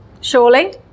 surely